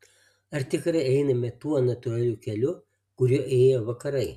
ar tikrai einame tuo natūraliu keliu kuriuo ėjo vakarai